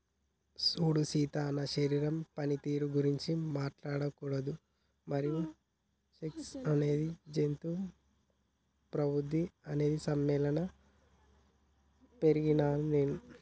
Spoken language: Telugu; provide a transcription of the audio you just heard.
సూడు సీత నా శరీరం పనితీరు గురించి మాట్లాడకూడదు మరియు సెక్స్ అనేది జంతు ప్రవుద్ది అని నమ్మేలా పెరిగినాను నేను